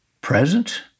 present